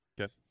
Okay